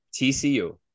TCU